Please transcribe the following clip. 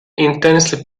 intensely